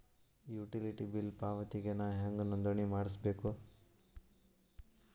Utility bill ಪಾವತಿಗೆ ನಾ ಹೆಂಗ್ ನೋಂದಣಿ ಮಾಡ್ಸಬೇಕು?